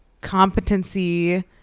competency